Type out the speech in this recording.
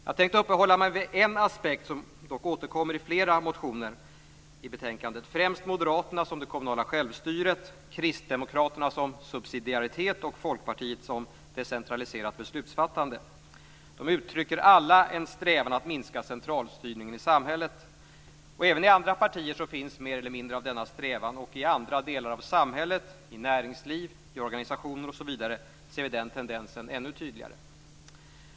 Jag tänkte uppehålla mig vid en aspekt som återkommer i flera motioner, främst i Moderaternas om det kommunala självstyret, Kristdemokraternas om subsidiariteten och Folkpartiets om decentraliserat beslutsfattande. De uttrycker alla en strävan att minska centralstyrningen i samhället. Även i alla andra partier finns mer eller mindre av denna strävan. Och i andra delar av samhället - i näringsliv, organisationer osv. - ser vi denna tendens ännu tydligare.